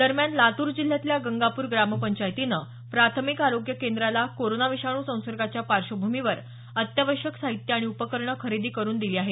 दरम्यान लातूर जिल्ह्यातल्या गंगापूर ग्रामपंचायतीनं प्राथमिक आरोग्य केंद्राला कोरोना विषाणू संसर्गाच्या पार्श्वभ्मीवर अत्यावश्यक साहित्य आणि उपकरणं खरेदी करून दिली आहेत